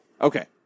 Okay